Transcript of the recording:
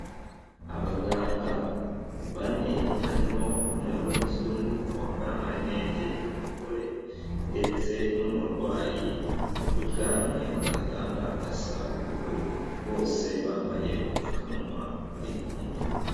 Abaganga bane harimo umwe w'umuzungu wambaye amarinete w'umugore ndetse n'umurwayi uryamye ku gatanda gasa ubururu, bose bambaye ubupfukamunwa bari kumuvura.